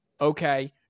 okay